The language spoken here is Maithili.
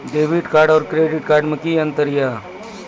डेबिट कार्ड और क्रेडिट कार्ड मे कि अंतर या?